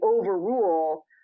overrule